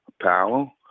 Powell